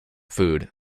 food